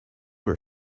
were